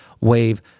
wave